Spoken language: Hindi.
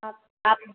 आप आप